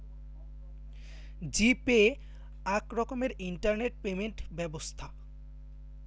জি pay আক রকমের internet payment ব্যবছ্থা